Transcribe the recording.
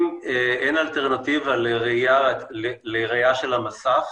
אם אין אלטרנטיבה לראייה של המסך